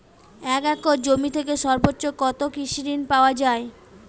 এক একর জমি থেকে সর্বোচ্চ কত কৃষিঋণ পাওয়া য়ায়?